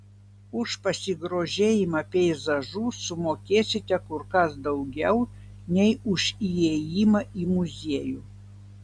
už pasigrožėjimą peizažu sumokėsite kur kas daugiau nei už įėjimą į muziejų